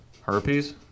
Herpes